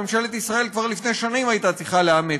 זו יוזמה שממשלת ישראל כבר לפני שנים הייתה צריכה לאמץ.